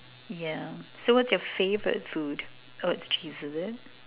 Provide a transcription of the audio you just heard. yeah so what is your favorite food oh it's cheese is it